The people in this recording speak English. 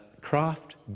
craft